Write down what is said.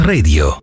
Radio